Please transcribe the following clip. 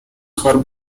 for